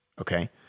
okay